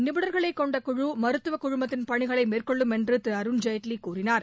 நிபுணர்களைக்கொண்ட குழு மருத்துவக்குழுமத்தின் பணிகளை மேற்கொள்ளும் என்று திரு அருண்ஜேட்லி கூறினார்